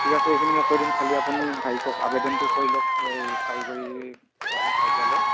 ঠিক আছে এইখিনি মই কৈ দিম খালী আপুনি হেৰি কৰক আবেদনটো কৰি লওক এই কাৰিকৰী কাৰ্যালয়ত